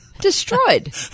destroyed